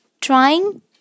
trying